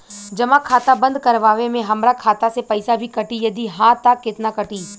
जमा खाता बंद करवावे मे हमरा खाता से पईसा भी कटी यदि हा त केतना कटी?